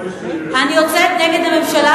אני יוצאת נגד הממשלה,